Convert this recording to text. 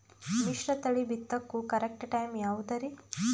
ಮಿಶ್ರತಳಿ ಬಿತ್ತಕು correct time ಯಾವುದರಿ?